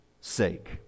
sake